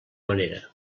manera